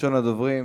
ראשון הדוברים,